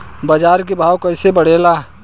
बाजार के भाव कैसे बढ़े ला?